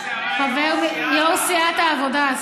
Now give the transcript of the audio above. יו"ר סיעת העבודה.